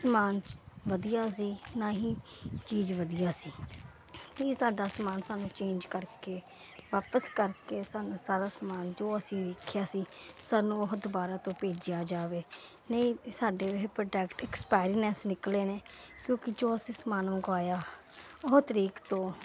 ਸਮਾਨ ਵਧੀਆ ਸੀ ਨਾ ਹੀ ਚੀਜ਼ ਵਧੀਆ ਸੀ ਇਹ ਸਾਡਾ ਸਮਾਨ ਸਾਨੂੰ ਚੇਂਜ ਕਰਕੇ ਵਾਪਸ ਕਰਕੇ ਸਾਨੂੰ ਸਾਰਾ ਸਮਾਨ ਜੋ ਅਸੀਂ ਵੇਖਿਆ ਸੀ ਸਾਨੂੰ ਉਹ ਦੁਬਾਰਾ ਤੋਂ ਭੇਜਿਆ ਜਾਵੇ ਨਹੀਂ ਸਾਡੇ ਇਹ ਪ੍ਰੋਡਕਟ ਐਕਸਪਾਇਰਨੈਸ ਨਿਕਲੇ ਨੇ ਕਿਉਂਕੀ ਜੋ ਅਸੀਂ ਸਮਾਨ ਮੰਗਵਾਇਆ ਉਹ ਤਰੀਕ ਤੋਂ